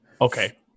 okay